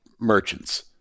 merchants